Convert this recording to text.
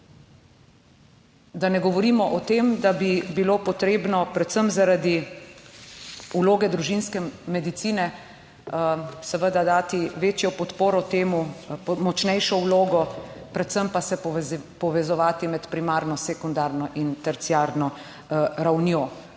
Da ne govorimo o tem, da bi bilo potrebno predvsem zaradi vloge družinske medicine seveda dati večjo podporo temu, močnejšo vlogo, predvsem pa se povezovati med primarno, sekundarno in terciarno ravnjo.